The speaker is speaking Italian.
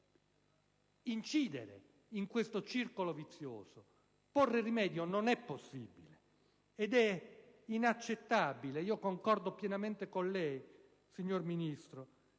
incidere su questo circolo vizioso porvi rimedio non è possibile. È inaccettabile - concordo pienamente con lei, signora Ministro